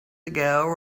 ago